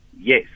Yes